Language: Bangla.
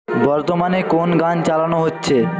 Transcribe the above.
বর্তমানে কোন গান চালানো হচ্ছে